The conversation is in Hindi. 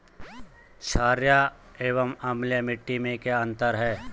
छारीय एवं अम्लीय मिट्टी में क्या अंतर है?